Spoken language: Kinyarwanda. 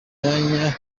myanya